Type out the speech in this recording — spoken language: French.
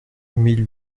mille